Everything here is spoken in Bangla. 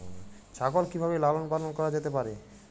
ছাগল কি ভাবে লালন পালন করা যেতে পারে?